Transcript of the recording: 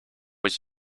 his